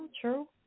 true